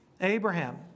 Abraham